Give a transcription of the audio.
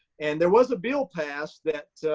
and there was a bill passed that